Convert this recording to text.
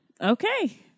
Okay